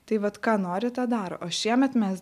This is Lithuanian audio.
tai vat ką nori tą daro o šiemet mes